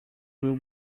will